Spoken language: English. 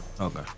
okay